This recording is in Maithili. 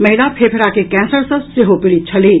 महिला फेफड़ा के कैंसर सँ सेहो पीड़ित छलीह